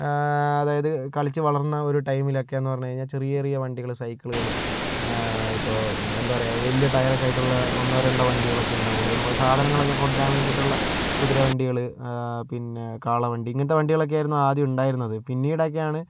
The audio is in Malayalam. അതായത് കളിച്ച് വളർന്ന ഒരു ടൈമിലൊക്കെയെന്ന് പറഞ്ഞു കഴിഞ്ഞാൽ ചെറിയ ചെറിയ വണ്ടികള് സൈക്കിളുകള് ഇപ്പോൾ എന്താ പറയുക വലിയ ടയറൊക്കെ ആയിട്ടുള്ള ഒന്നോ രണ്ടോ വണ്ടികളൊക്കെയേ ഉണ്ടാവുകയുള്ളൂ നമ്മള് സാധനങ്ങളൊക്കെ കൊണ്ടുവരാൻ വേണ്ടിയിട്ടുള്ള കുതിര വണ്ടികള് പിന്ന കാളവണ്ടി ഇങ്ങനത്തെ വണ്ടികളൊക്കെ ആയിരുന്നു ആദ്യം ഉണ്ടായിരുന്നത് പിന്നീടൊക്കെയാണ്